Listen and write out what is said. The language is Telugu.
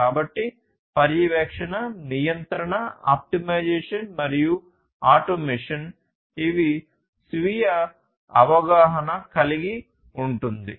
కాబట్టి పర్యవేక్షణ నియంత్రణ ఆప్టిమైజేషన్ మరియు ఆటోమేషన్ ఇవి స్వీయ అవగాహన కలిగి ఉంటుంది